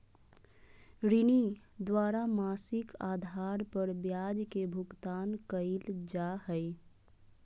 ऋणी द्वारा मासिक आधार पर ब्याज के भुगतान कइल जा हइ